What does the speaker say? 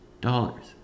dollars